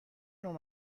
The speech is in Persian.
نوع